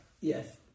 Yes